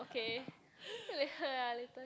okay (pb) later ah later